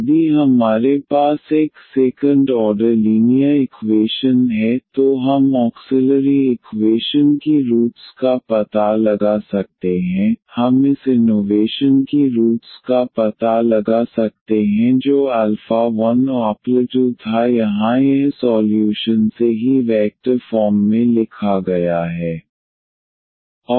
यदि हमारे पास एक सेकंड ऑर्डर लीनियर इक्वेशन है तो हम ऑक्सिलरी इक्वेशन की रूट्स का पता लगा सकते हैं हम इस इनोवेशन की रूट्स का पता लगा सकते हैं जो 1 और 2 था यहां यह सॉल्यूशन से ही वेक्टर फॉर्म में लिखा गया है